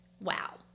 Wow